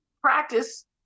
practice